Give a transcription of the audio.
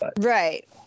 Right